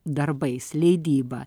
darbais leidyba